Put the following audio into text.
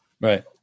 Right